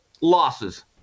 losses